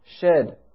shed